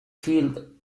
filled